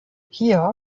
hier